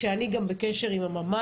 כאשר אני גם בקשר עם הממ"ז,